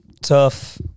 tough